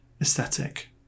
aesthetic